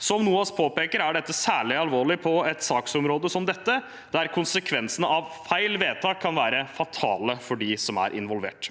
Som NOAS påpeker, er dette særlig alvorlig på et saksområde som dette, der konsekvensen av feil vedtak kan være fatalt for dem som er involvert.